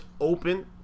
open